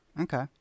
Okay